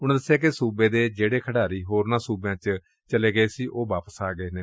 ਉਨਾਂ ਦਸਿਆ ਕਿ ਸੁਬੇ ਦੇ ਜਿਹੜੇ ਖਿਡਾਰੀ ਹੋਰਨਾ ਸੁਬਿਆ ਚ ਚਲੇ ਗਏ ਸਨ ਉਹ ਵਾਪਸ ਆ ਗਏ ਨੇ